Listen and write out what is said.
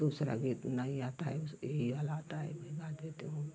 दूसरा गीत नहीं आता है बस यही वाला आता है वही गा देती हूँ